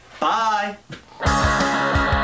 Bye